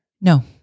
No